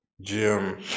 Jim